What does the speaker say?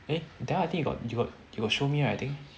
eh that one I think you got you got show me right I think